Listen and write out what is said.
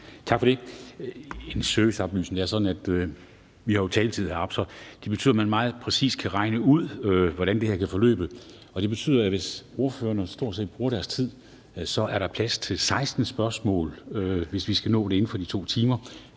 Tak for det. Jeg har en serviceoplysning. Det er jo sådan, at vi har nogle taletider heroppe, og det betyder, at man meget præcist kan regne ud, hvordan det her kan forløbe. Og det betyder, at hvis ordførererne stort set bruger deres tid, er der plads til 16 spørgsmål, hvis vi skal nå det inden for de 2 timer,